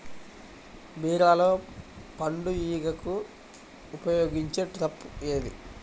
బీరలో పండు ఈగకు ఉపయోగించే ట్రాప్ ఏది?